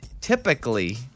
typically